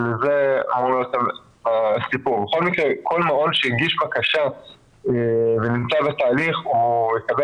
זה באמת מצער, כי זה רק משליך על העתיד לבוא.